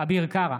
אביר קארה,